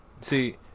See